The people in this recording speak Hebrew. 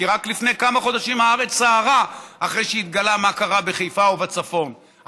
רק לפני כמה חודשים הארץ סערה אחרי שהתגלה מה קרה בחיפה ובצפון,